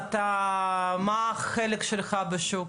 מה החלק שלך בשוק?